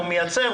הוא מייצר,